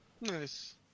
Nice